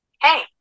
Hey